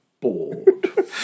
bored